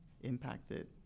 impacted